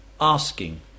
asking